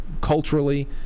culturally